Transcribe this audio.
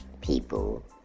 people